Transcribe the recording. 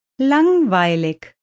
langweilig